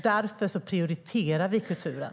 Därför prioriterar vi kulturen.